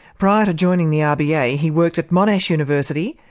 prior to joining the ah rba yeah he worked at monash university,